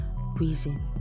reason